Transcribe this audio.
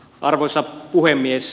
arvoisa puhemies